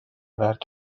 väärt